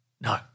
No